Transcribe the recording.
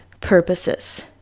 purposes